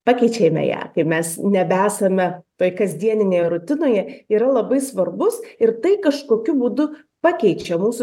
pakeičiame ją kai mes nebesame toj kasdieninėje rutinoje yra labai svarbus ir tai kažkokiu būdu pakeičia mūsų